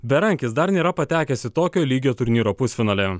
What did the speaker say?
berankis dar nėra patekęs į tokio lygio turnyro pusfinalį